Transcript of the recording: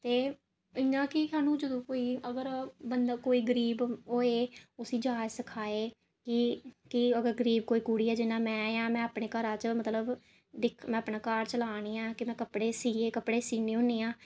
एह् इ'यां कि सानूं कोई अगर कोई बंदा गरीब होए उसदी जाच सिखाए कि अगर गरीब कोई कुड़ी ऐ जि'यां में आं अपने घरा च मतलब दिक्खना में अपना घर चलानी आं में कपड़े सीनी होन्नी आं